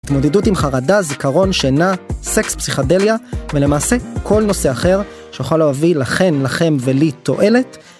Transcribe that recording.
התמודדות עם חרדה, זיכרון, שינה, סקס, פסיכדליה ולמעשה כל נושא אחר שיכול להביא לכן לכם ולי תועלת